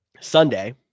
Sunday